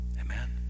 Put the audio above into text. Amen